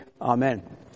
amen